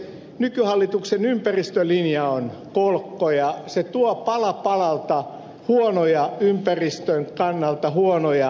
nykyhallituksen ympäristölinja on kolkko ja se tuo pala palalta ympäristön kannalta huonoja esityksiä